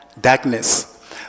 darkness